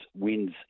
wins